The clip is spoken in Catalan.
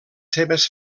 seves